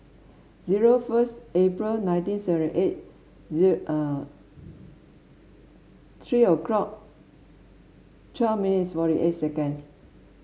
zero first April nineteen seventy eight three o'clock twelve minutes forty eight seconds